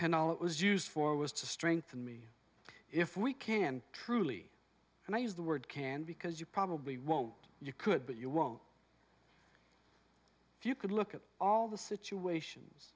when all it was used for was to strengthen me if we can truly and i use the word can because you probably won't you could but you won't if you could look at all the situations